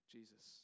Jesus